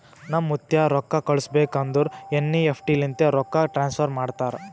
ನಮ್ ಮುತ್ತ್ಯಾ ರೊಕ್ಕಾ ಕಳುಸ್ಬೇಕ್ ಅಂದುರ್ ಎನ್.ಈ.ಎಫ್.ಟಿ ಲಿಂತೆ ರೊಕ್ಕಾ ಟ್ರಾನ್ಸಫರ್ ಮಾಡ್ತಾರ್